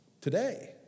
Today